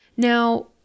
Now